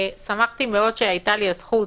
שמחתי מאוד שהייתה לי הזכות